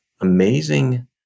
amazing